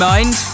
Mind